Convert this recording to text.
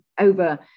over